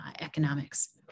economics